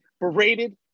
berated